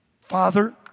Father